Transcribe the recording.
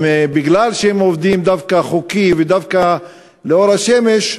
ובגלל שהם עובדים דווקא חוקי ולאור השמש,